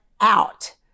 out